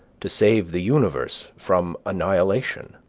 to save the universe from annihilation